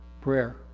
Prayer